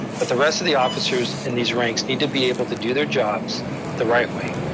but the rest of the officers in these ranks need to be able to do their jobs the right way,